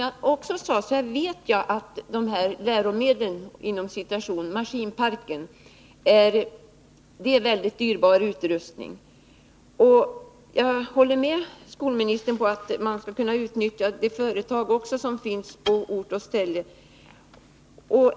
Jag vet att den utrustning som krävs är mycket dyrbar, och jag håller med skolministern om att man bör kunna utnyttja de företag som finns på ort och ställe.